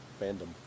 fandom